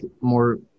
more